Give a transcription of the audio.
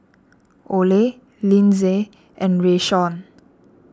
Ole Linzy and Rayshawn